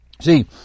See